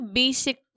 basic